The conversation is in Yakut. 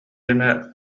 эмэ